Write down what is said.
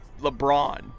LeBron